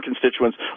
constituents